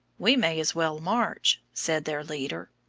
we may as well march, said their leader.